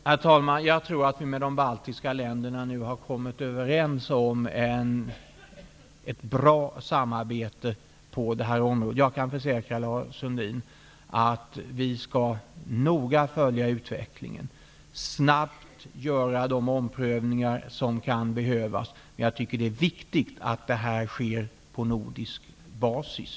Herr talman! Jag tror att vi med de baltiska staterna nu har kommit överens om ett bra samarbete på det här området. Jag kan försäkra Lars Sundin att vi noga skall följa utvecklingen och snabbt göra de omprövningar som kan behövas samt att jag tycker att det är viktigt att detta sker på nordisk basis.